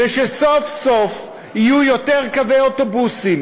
ושסוף-סוף יהיו יותר קווי אוטובוסים